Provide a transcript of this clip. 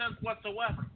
whatsoever